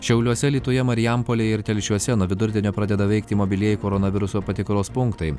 šiauliuose alytuje marijampolėje ir telšiuose nuo vidurdienio pradeda veikti mobilieji koronaviruso patikros punktai